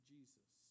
Jesus